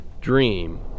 dream